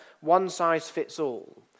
one-size-fits-all